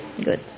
Good